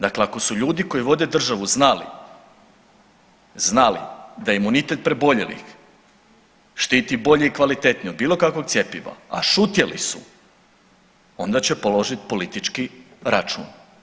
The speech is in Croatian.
Dakle, ako su ljudi koji vode državu znali, znali da imunitet preboljelih štiti bolje i kvalitetnije od bilo kakvog cjepiva, a šutjeli su onda će položiti politički račun.